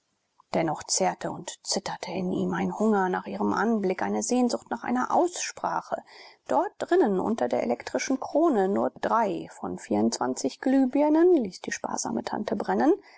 dennoch zehrte und zitterte in ihm ein hunger nach ihrem anblick eine sehnsucht nach einer aussprache dort drinnen unter der elektrischen krone nur drei von vierundzwanzig glühbirnen ließ die sparsame tante brennen